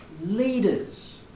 leaders